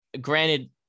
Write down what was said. granted